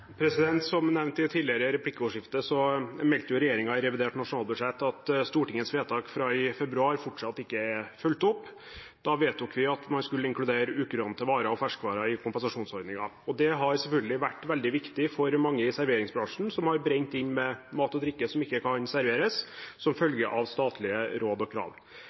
Som nevnt tidligere meldte regjeringen i revidert nasjonalbudsjett at Stortingets vedtak fra i februar fortsatt ikke er fulgt opp. Da vedtok vi at man skulle inkludere ukurante varer og ferskvarer i kompensasjonsordningen, og det har selvfølgelig vært veldig viktig for mange i serveringsbransjen, som har brent inne med mat og drikke som ikke kan serveres som følge av statlige råd og krav.